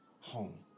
home